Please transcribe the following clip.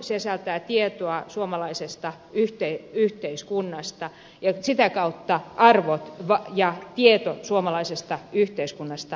sisältää tietoa suomalaisesta yhteiskunnasta ja sitä kautta arvot ja tieto suomalaisesta yhteiskunnasta välittyvät